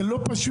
זה לא פשוט.